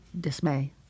dismay